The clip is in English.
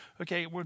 Okay